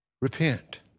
Repent